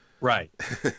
Right